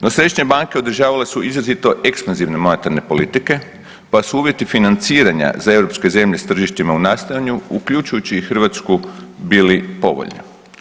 No središnje banke održavale su izrazito ekspanzivne monetarne politike, pa su uvjeti financiranja za europske zemlje s tržištima u nastajanju uključujući i Hrvatsku bili povoljni.